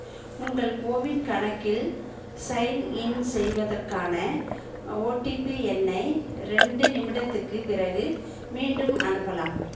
உங்கள் கோவின் கணக்கில் சைன்இன் செய்வதற்கான ஓடிபி எண்ணை ரெண்டு நிமிடத்துக்குப் பிறகு மீண்டும் அனுப்பலாம்